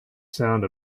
sound